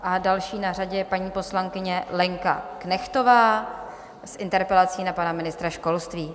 A další na řadě je paní poslankyně Lenka Knechtová s interpelací na pana ministra školství.